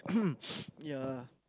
yeah